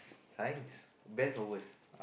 science best or worst